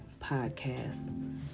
podcast